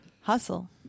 Hustle